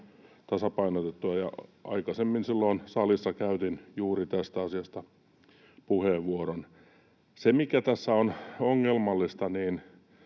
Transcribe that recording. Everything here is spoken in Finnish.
tasapainotettua, ja aikaisemmin silloin salissa käytin juuri tästä asiasta puheenvuoron. Se, mikä tässä on ongelmallista: